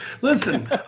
Listen